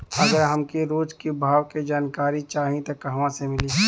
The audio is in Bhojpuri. अगर हमके रोज के भाव के जानकारी चाही त कहवा से मिली?